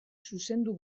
zuzendu